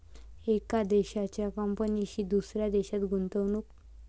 एका देशाच्या कंपनीची दुसऱ्या देशात गुंतवणूक